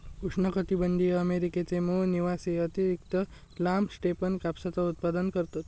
उष्णकटीबंधीय अमेरिकेचे मूळ निवासी अतिरिक्त लांब स्टेपन कापसाचा उत्पादन करतत